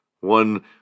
One